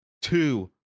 Two